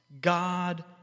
God